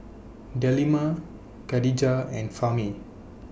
Delima Khadija and Fahmi